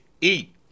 eat